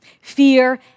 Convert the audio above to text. Fear